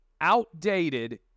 outdated